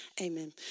amen